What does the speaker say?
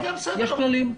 יש כללים.